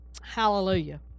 Hallelujah